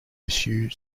issue